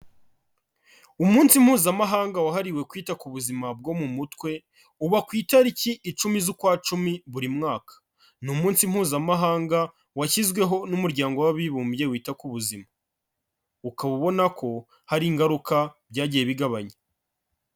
Umunsi mpuzamahanga wahariwe kwita ku buzima bwo mu mutwe, uba ku itariki icumi z'ukwa cumi buri mwaka, ni umunsi mpuzamahanga washyizweho n'umuryango w'abibumbye wita ku buzima, ukaba ubona ko hari ingaruka byagiye bigabanya.